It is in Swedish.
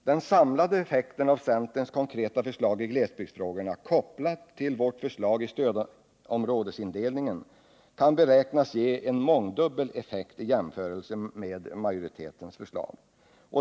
Den samlade effekten av centerns konkreta förslag i glesbygdsfrågorna kopplad till vårt förslag om stödområdesindelningen kan beräknas ge en mångdubbel effekt i jämförelse med majoritetens förslag.